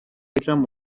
فکرم